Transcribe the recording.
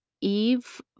Eve